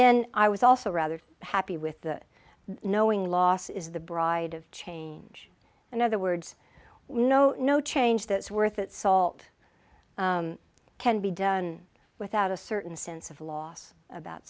then i was also rather happy with the knowing loss is the bride of change in other words we know no change that's worth its salt can be done without a certain sense of loss about